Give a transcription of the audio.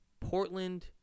Portland